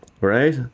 right